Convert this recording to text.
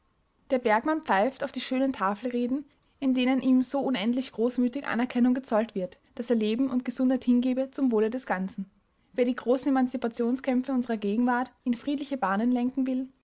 der bergmann pfeift auf die schönen tafelreden in denen ihm so unendlich großmütig anerkennung gezollt wird daß er leben und gesundheit hingebe zum wohle des ganzen wer die großen emanzipationskämpfe unserer gegenwart in friedliche bahnen lenken will